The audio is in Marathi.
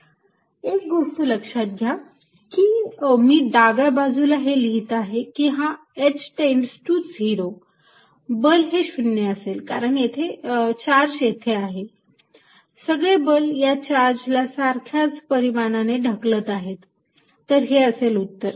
Fvertical2πqλhR4π0h2R232Qqh4π0h2R232 एक गोष्ट लक्षात घ्या कि मी डाव्या बाजूला हे लिहित आहे की हा h टेण्ड्स टु 0 बल हे 0 असेल कारण चार्ज येथे आहे सगळे बल या चार्ज ला सारख्याच परीमानाने ढकलत आहेत तर हे असेल उत्तर